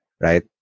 right